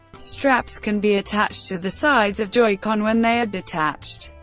straps can be attached to the sides of joy-con when they are detached.